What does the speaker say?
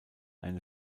eine